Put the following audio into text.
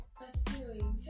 pursuing